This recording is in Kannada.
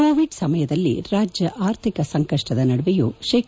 ಕೋವಿಡ್ ಸಮಯದಲ್ಲಿ ಆರ್ಥಿಕ ಸಂಕಷ್ಟದ ನಡುವೆಯೂ ಶೇ